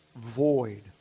void